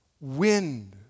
wind